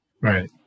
Right